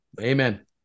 Amen